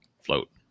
float